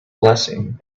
blessing